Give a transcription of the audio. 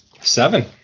Seven